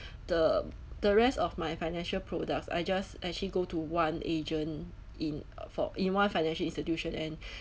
the the rest of my financial products I just actually go to one agent in uh for in one financial institution and